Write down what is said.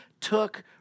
took